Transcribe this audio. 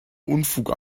unfug